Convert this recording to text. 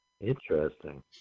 Interesting